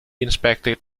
inspected